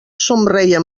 somreia